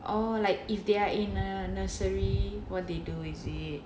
oh like if they are in a nursery [what] they do is it